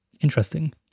interesting